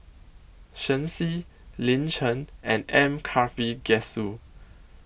Shen Xi Lin Chen and M Karthigesu